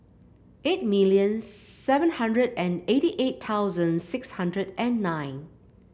eight million seven hundred and eighty eight thousand six hundred and nine